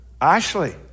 Ashley